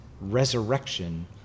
resurrection